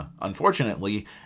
Unfortunately